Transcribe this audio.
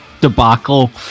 debacle